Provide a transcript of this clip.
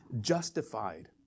justified